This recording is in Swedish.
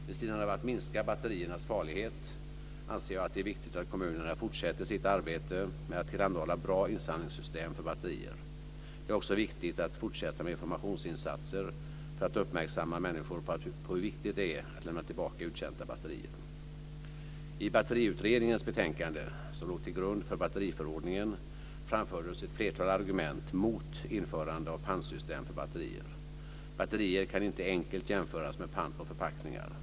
Vid sidan av att minska batteriernas farlighet anser jag att det är viktigt att kommunerna fortsätter sitt arbete med att tillhandahålla bra insamlingssystem för batterier. Det är också viktigt att fortsätta med informationsinsatser för att uppmärksamma människor på hur viktigt det är att lämna tillbaka uttjänta batterier. I Batteriutredningens betänkande som låg till grund för batteriförordningen framfördes ett flertal argument mot införande av pantsystem för batterier. Batterier kan inte enkelt jämföras med pant på förpackningar.